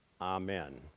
amen